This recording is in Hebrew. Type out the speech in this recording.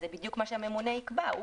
אבל זה בדיוק מה שהממונה יקבע הוא